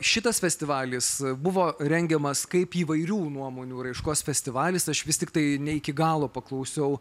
šitas festivalis buvo rengiamas kaip įvairių nuomonių raiškos festivalis aš vis tiktai ne iki galo paklausiau